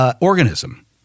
organism